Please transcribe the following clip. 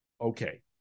Okay